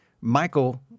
Michael